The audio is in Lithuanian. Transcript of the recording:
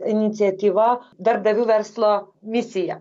iniciatyva darbdavių verslo misiją